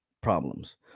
problems